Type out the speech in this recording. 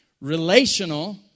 relational